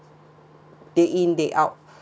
day in day out